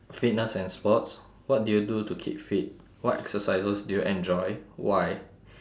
fitness and sports what do you do to keep fit what exercises do you enjoy why